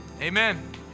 Amen